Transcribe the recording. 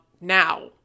now